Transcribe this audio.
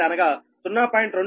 అనగా 0